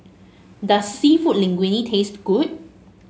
does seafood Linguine taste good